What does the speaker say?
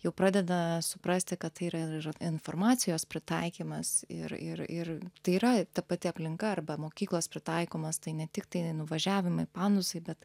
jau pradeda suprasti kad tai yra ir informacijos pritaikymas ir ir ir tai yra ta pati aplinka arba mokyklos pritaikomos tai ne tiktai nuvažiavimai panusai bet